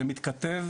זה מתכתב